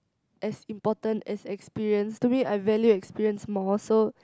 as important as experience to me I value experience more so